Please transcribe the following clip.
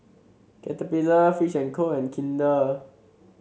Caterpillar Fish And Co and Kinder